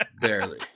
barely